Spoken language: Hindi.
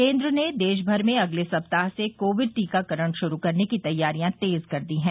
केन्द्र ने देश भर में अगले सप्ताह से कोविड टीकाकरण शुरू करने की तैयारियां तेज कर दी हैं